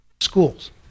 schools